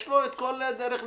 יש לו את כל הדרך לפעול.